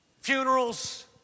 funerals